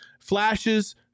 Flashes